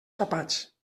tapats